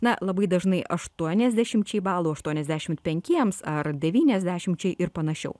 na labai dažnai aštuoniasdešimčiai balų aštuonaisdešimt penkiems ar devyniasdešimčiai ir panašiau